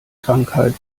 krankheit